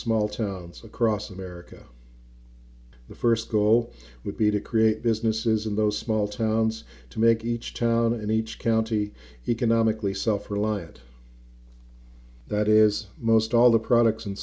small towns across america the first goal would be to create businesses in those small towns to make each town and each county economically self reliant that is most all the products and